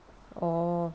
orh